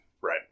Right